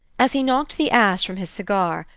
as he knocked the ashes from his cigar,